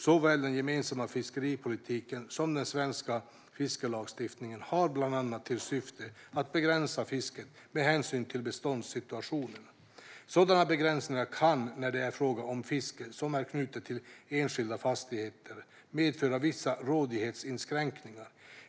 Såväl den gemensamma fiskeripolitiken som den svenska fiskelagstiftningen har bland annat till syfte att begränsa fisket med hänsyn till beståndssituationen. Sådana begränsningar kan, när det är fråga om fiske som är knutet till enskilda fastigheter, medföra vissa rådighetsinskränkningar.